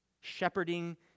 shepherding